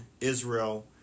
Israel